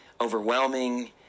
overwhelming